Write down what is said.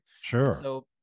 Sure